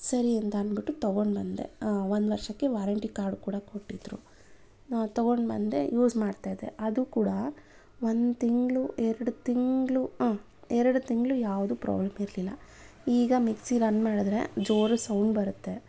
ಸರಿ ಅಂತ ಅನ್ಬಿಟ್ಟು ತಗೊಂಡು ಬಂದೆ ಒಂದು ವರ್ಷಕ್ಕೆ ವಾರಂಟಿ ಕಾರ್ಡ್ ಕೂಡ ಕೊಟ್ಟಿದ್ದರು ನಾನು ಅದು ತಗೊಂಡು ಬಂದೆ ಯೂಸ್ ಮಾಡ್ತಾ ಇದ್ದೆ ಅದು ಕೂಡ ಒಂದು ತಿಂಗಳು ಎರಡು ತಿಂಗಳು ಹಾಂ ಎರಡು ತಿಂಗಳು ಯಾವುದೂ ಪ್ರಾಬ್ಲೆಮ್ ಇರಲಿಲ್ಲ ಈಗ ಮಿಕ್ಸಿಗೆ ರನ್ ಮಾಡಿದ್ರೆ ಜೋರು ಸೌಂಡ್ ಬರತ್ತೆ